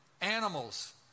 animals